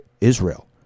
Israel